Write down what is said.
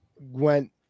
went